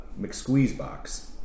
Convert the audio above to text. McSqueezebox